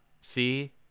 see